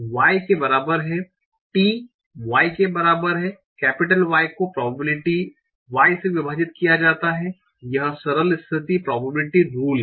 y के बराबर हैं t y के बराबर है Y को प्रोबेबिलिटी y से विभाजित किया गया है यह सरल स्थिति प्रोबेबिलिटी रुल है